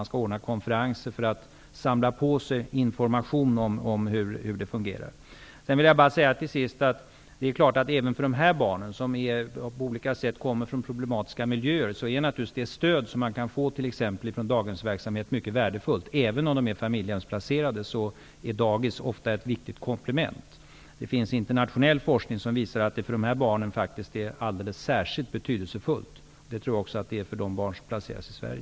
Man skall ordna konferenser för att samla på sig information om hur det fungerar. Avslutningsvis vill jag säga att det är klart att även för dessa barn, som kommer från miljöer som är problematiska på olika sätt, är naturligtvis det stöd som man t.ex. kan få från daghemsverksamhet mycket värdefullt. Även om dessa barn är familjehemsplacerade är daghem ofta ett viktigt komplement. Internationell forskning visar att det är särskilt betydelsefullt för sådana barn. Det tror jag också att det är för de barn som placeras i